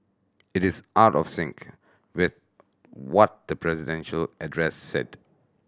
it is out of sync with what the presidential address said